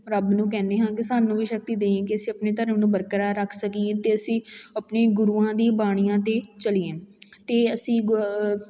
ਰੱਬ ਨੂੰ ਕਹਿੰਦੇ ਹਾਂ ਕਿ ਸਾਨੂੰ ਵੀ ਸ਼ਕਤੀ ਦੇਈਂ ਕਿ ਅਸੀਂ ਆਪਣੇ ਧਰਮ ਨੂੰ ਬਰਕਰਾਰ ਰੱਖ ਸਕੀਏ ਅਤੇ ਅਸੀਂ ਆਪਣੇ ਗੁਰੂਆਂ ਦੀ ਬਾਣੀਆਂ 'ਤੇ ਚੱਲੀਏ ਅਤੇ ਅਸੀਂ ਗੁ